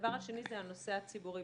והדבר השני זה הנושא הציבורי.